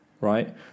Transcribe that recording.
right